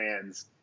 fans